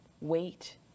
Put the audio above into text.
wait